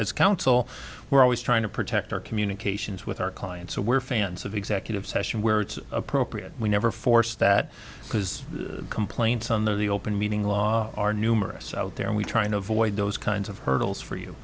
as council we're always trying to protect our communications with our clients so we're fans of executive session where it's appropriate we never force that because the complaints on the open meeting law are numerous out there and we're trying to avoid those kinds of hurdles for you